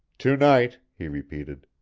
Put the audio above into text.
to-night, he repeated.